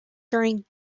during